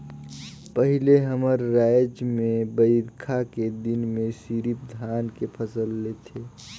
पहिले हमर रायज में बईरखा के दिन में सिरिफ धान के फसल लेथे